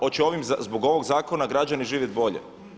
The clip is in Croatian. Hoće zbog ovog zakona građani živjeti bolje?